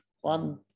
One